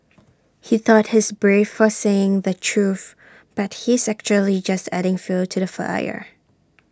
he thought he's brave for saying the truth but he's actually just adding fuel to the fire